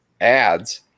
ads